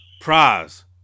Prize